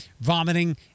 vomiting